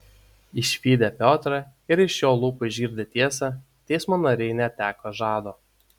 išvydę piotrą ir iš jo lūpų išgirdę tiesą teismo nariai neteko žado